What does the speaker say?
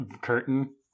curtain